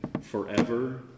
forever